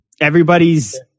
Everybody's